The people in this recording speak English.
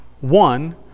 One